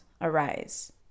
arise